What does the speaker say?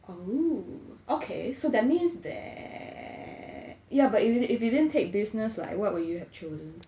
oh okay so that means that yeah but if you if you didn't take business like what would you have chosen